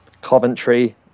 Coventry